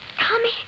Tommy